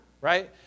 right